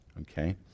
Okay